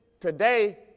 today